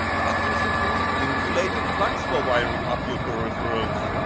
thus you should use insulated plugs for wiring up your peripherals.